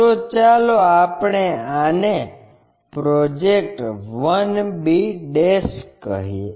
તો ચાલો આપણે આને પ્રોજેક્ટેડ 1 b કહીએ